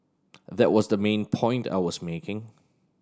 that was the main point that I was making